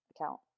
account